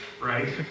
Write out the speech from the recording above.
right